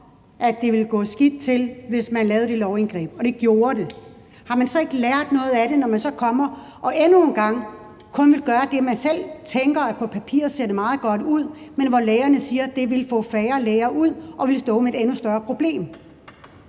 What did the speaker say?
at det ville gå skidt, hvis man lavede det lovindgreb, og det gjorde det. Har man så ikke lært noget af det, når man kommer og endnu en gang kun vil gøre det, som man selv tænker ser meget godt ud på papiret, selv om lægerne siger, at det vil få færre læger derud, og at vi vil stå med et endnu større problem?